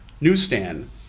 newsstand